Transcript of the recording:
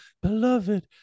beloved